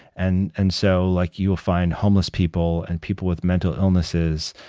and and so like you will find homeless people, and people with mental illnesses,